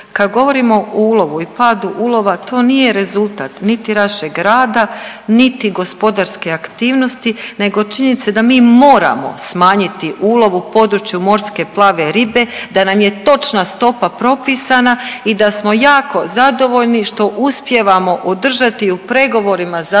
Kad govorimo o ulovu i padu ulova to nije rezultat niti našeg rada, niti gospodarske aktivnosti nego činjenice da mi moramo smanjiti ulov u području morske plave ribe, da nam je točna stopa propisana i da smo jako zadovoljni što uspijevamo održati u pregovorima za